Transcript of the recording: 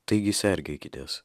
taigi sergėkitės